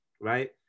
right